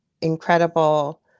incredible